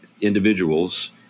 individuals